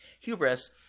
hubris